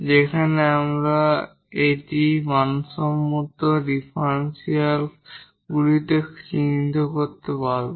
যেখানে আমরা সেই মানসম্মত ডিফারেনশিয়ালগুলিকে চিনতে পারব